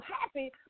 happy